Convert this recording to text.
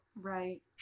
right